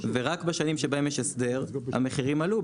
ורק בשנים שבהן יש הסדר המחירים עלו.